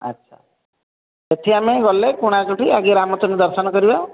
ଆଚ୍ଛା ସେଇଠି ଆମେ ଗଲେ କୋଣାର୍କଠି ଆଗେ ରାମଚଣ୍ଡୀ ଦର୍ଶନ କରିବା